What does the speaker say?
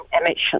emissions